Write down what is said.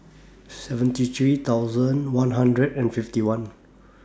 seventy three thousand one hundred and fifty one